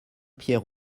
pierre